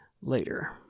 later